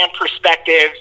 perspectives